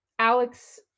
Alex